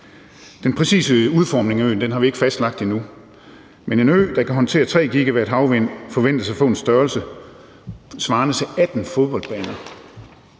Den præcise udformning af øen har vi ikke fastlagt endnu, men en ø, der kan håndtere 3 GW havvind, forventes at få en størrelse svarende til 18 fodboldbaner.